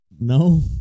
no